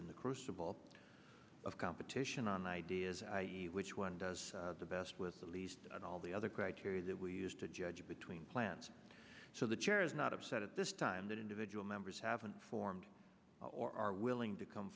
in the crucible of competition on ideas which one does the best with the least and all the other criteria that we use to judge between plants so the chair is not upset at this time that individual members haven't formed or are willing to come